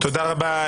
תודה רבה.